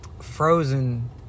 Frozen